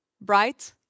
bright